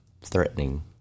threatening